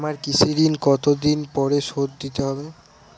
আমার কৃষিঋণ কতদিন পরে শোধ দিতে হবে?